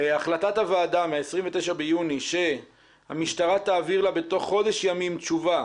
החלטת הוועדה מ-29 ביוני שהמשטרה תעביר לה בתוך חודש ימים תשובה